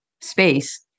space